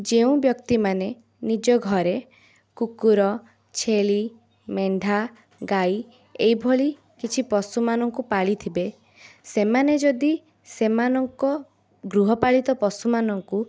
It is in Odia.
ଯେଉଁ ବ୍ୟକ୍ତିମାନେ ନିଜ ଘରେ କୁକୁର ଛେଳି ମେଣ୍ଢା ଗାଈ ଏଇଭଳି କିଛି ପଶୁମାନଙ୍କୁ ପାଳିଥିବେ ସେମାନେ ଯଦି ସେମାନଙ୍କ ଗୃହପାଳିତ ପଶୁମାନଙ୍କୁ